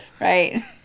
Right